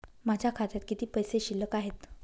माझ्या खात्यात किती पैसे शिल्लक आहेत?